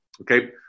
Okay